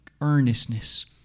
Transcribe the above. earnestness